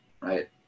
right